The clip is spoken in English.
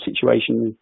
situation